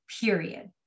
period